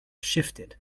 shifted